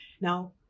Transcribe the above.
Now